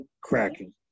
cracking